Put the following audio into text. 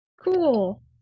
Cool